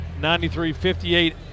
93-58